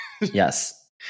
Yes